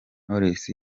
knowless